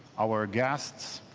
our guests.